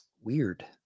Weird